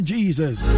Jesus